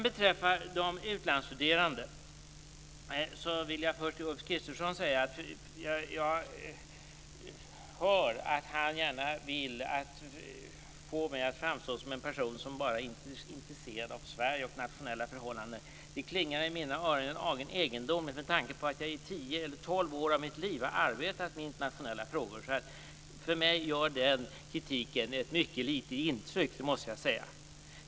Beträffande de utlandsstuderande vill jag först till Ulf Kristersson säga att jag hör att han gärna vill få mig att framstå som en person som bara är intresserad av Sverige och nationella förhållanden. Det klingar i mina öron en aning egendomligt med tanke på att jag under tio eller tolv år av mitt liv har arbetat med internationella frågor. Jag måste säga att den kritiken gör ett mycket litet intryck på mig.